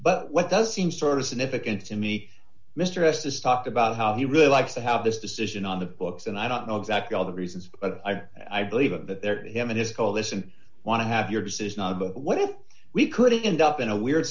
but what does seem sort of significant to me mr s this talked about how he really likes to have this decision on the books and i don't know exactly all the reasons but i believe that they're him and his coalition want to have your decision on what if we could end up in a weird